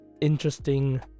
interesting